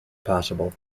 possible